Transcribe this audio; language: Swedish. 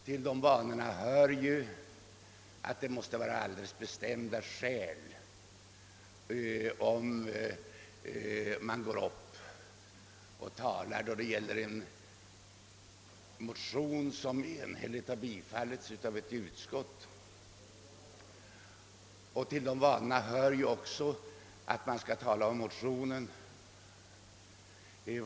Till de vanorna hör ju att det för en motionär måste finnas alldeles bestämda skäl för att han skall gå upp och tala för en motion som enhälligt tillstyrkts av ett utskott. Till de vanorna hör ju också att man skall tala om motionen och inte om något annat.